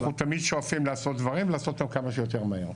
אנחנו תמיד שואפים לעשות דברים ולעשות אותם כמה שיותר מהר,